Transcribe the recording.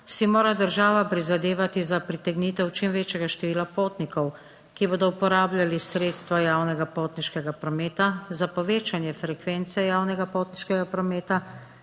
si mora država prizadevati za pritegnitev čim večjega števila potnikov, ki bodo uporabljali sredstva javnega potniškega prometa, za povečanje frekvence javnega potniškega prometa